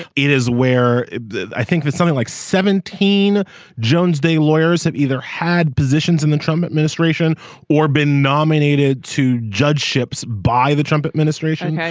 it is where i think for something like seventeen jones day lawyers have either had positions in the trump administration or been nominated to judgeships by the trump administration. yeah